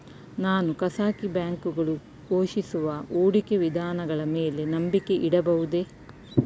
ನಾನು ಖಾಸಗಿ ಬ್ಯಾಂಕುಗಳು ಘೋಷಿಸುವ ಹೂಡಿಕೆ ವಿಧಾನಗಳ ಮೇಲೆ ನಂಬಿಕೆ ಇಡಬಹುದೇ?